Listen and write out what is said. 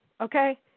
okay